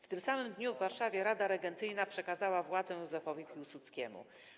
W tym samym dniu w Warszawie Rada Regencyjna przekazała władzę Józefowi Piłsudskiemu.